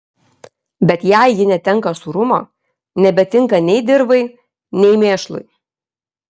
bet jei ji netenka sūrumo nebetinka nei dirvai nei mėšlui